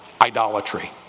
Idolatry